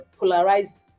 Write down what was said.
polarize